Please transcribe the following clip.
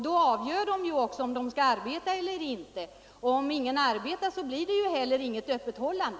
Då avgör de själva om de skall arbeta eller inte. Om ingen arbetar blir det inte heller något öppethållande.